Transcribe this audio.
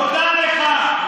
תודה לך.